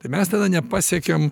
tai mes tada nepasiekiam